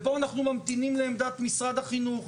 פה אנחנו ממתינים לעמדת משרד החינוך,